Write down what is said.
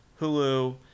Hulu